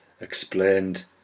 explained